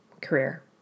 career